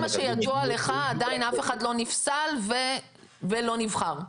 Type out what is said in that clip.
שידוע לך עדיין אף אחד לא נפסל ולא נבחר?